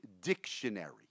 Dictionary